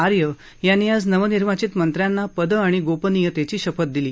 आर्य यांनी आज नवनिर्वाचित मंत्र्यांना पद आणि गोपनियतेची शपथ दिली